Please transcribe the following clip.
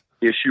issue